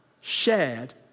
shared